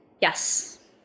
Yes